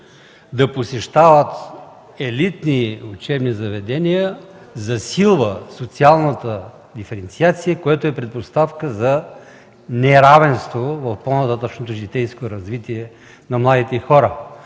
да посещават елитни учебни заведения, засилва социалната диференциация, което е предпоставка за неравенство в по-нататъшното житейско развитие на младите хора.